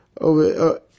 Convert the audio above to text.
over